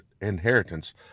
inheritance